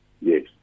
Yes